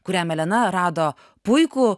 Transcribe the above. kuriam elena rado puikų